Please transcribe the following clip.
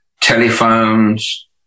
telephones